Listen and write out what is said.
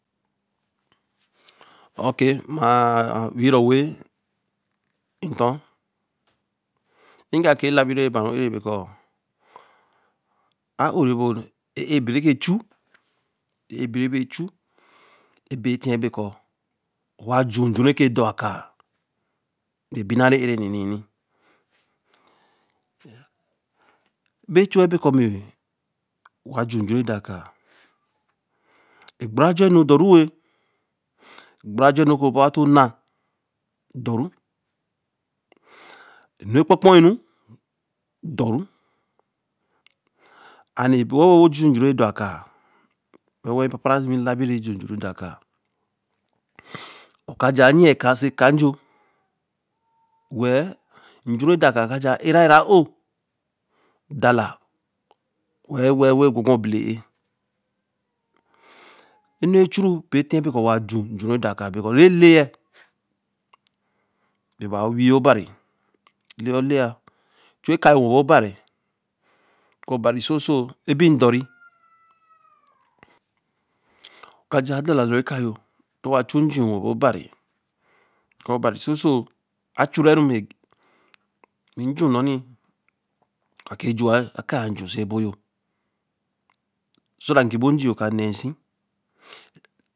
ar nu der a kaā be ka obari re ge ta re ku ne mase gbere ko sa be se obari re. a yen ūo wa re ekpa kpa ge ta. obari be eso yin ba. obari bere wen se yen bo ru we-lmī. e ka gwa oso oton obari. na ju labi ne yen. ko ko ne ra gbo e nwra labi. re bansi or ne yo ni re ka kaā re dor ra der yen a gba a la bi. o ku re a bo la bi na labi bere ken e nu ro ne yo a bere na daā ka ka enu ru ne yo a bere na oso oton obari re wa ju ka obari. ne nti to obari a wi o ku re ōrr̄ esu ka ra ōrr̄ esu ma jerje. fima. daa yen ka ra fima. ne wa ka obari ko ana nu je je npio daā yen a ōro re wa ka wa ka obari wel. ne wa ar so oton obari. wen ju oton ka gwa oton mkpa dor a-n. o ku owa sor dore ar re wa ba ru ne ho de gba. nja re ke wa he re. re baī ne yen dor re a-n. wen ne ba nja na banīnī na ba mo re na waī. daa be de ye a-gba yo ni. gbere ko a gba nu nī be gba re ke so obari re wen se ru boru ro ba dor eju